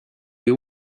you